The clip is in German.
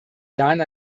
jahren